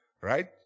right